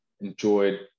enjoyed